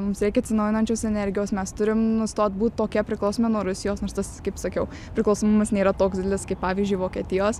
mums reikia atsinaujinančios energijos mes turim nustot būt tokie priklausomi nuo rusijos nors tas kaip sakiau priklausomumas nėra toks didelis kaip pavyzdžiui vokietijos